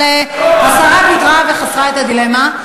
אבל השרה ויתרה וחסכה את הדילמה.